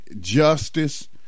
justice